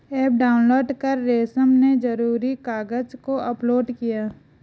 app download कर रमेश ने ज़रूरी कागज़ को अपलोड किया